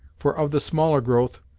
for of the smaller growth,